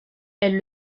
elle